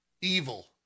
evil